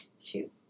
Shoot